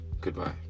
Goodbye